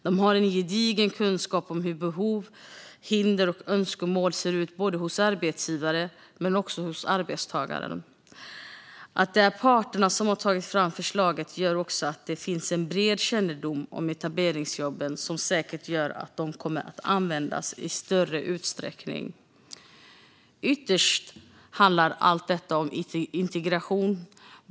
De har en gedigen kunskap om hur behov, hinder och önskemål ser ut både hos arbetsgivare och hos arbetstagare. Att det är parterna som har tagit fram förslaget gör också att det finns en bred kännedom om etableringsjobben som säkert gör att de kommer att användas i större utsträckning. Ytterst handlar allt detta om integration.